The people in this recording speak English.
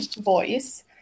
voice